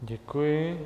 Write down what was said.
Děkuji.